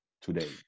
today